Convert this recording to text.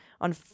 on